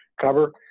cover